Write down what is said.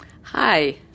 Hi